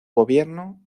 gobierno